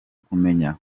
kumenya